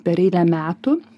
per eilę metų